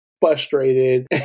frustrated